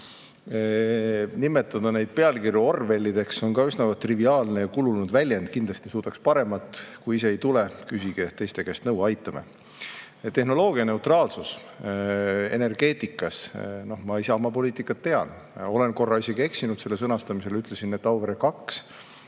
Nimetada neid pealkirju orwellilikeks on ka üsna triviaalne ja kulunud väljend, kindlasti suudaks paremat. Kui [endal midagi pähe] ei tule, küsige teiste käest nõu, aitame. Tehnoloogianeutraalsus energeetikas – noh, ma Isamaa poliitikat tean. Olen korra isegi eksinud selle sõnastamisel: ütlesin, et Auvere 2